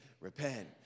repent